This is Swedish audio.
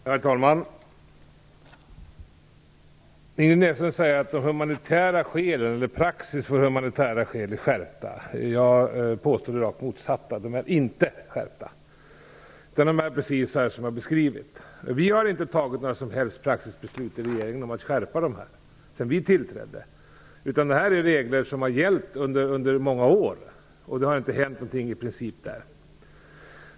Herr talman! Inger Näslund säger att praxis när det gäller humanitära skäl har skärpts. Jag påstår det rakt motsatta: Praxis har inte skärpts utan är precis sådan som här har beskrivits. Regeringen har sedan den tillträdde inte tagit några som helst beslut om att skärpa praxis. De här reglerna har gällt under många år och det har i princip inte hänt någonting.